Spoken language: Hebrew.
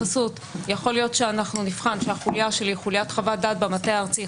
יכול להיות שאנחנו נבחן שהחוליה שלי שהיא חוליית חוות דעת במטה הארצי,